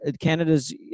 Canada's